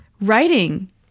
writing